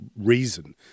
reason